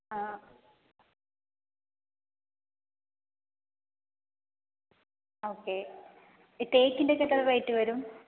ആ ഓക്കെ ഈ തേക്കിന്റെയൊക്കെ എത്ര റേറ്റ് വരും